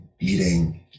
eating